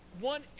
one